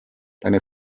deine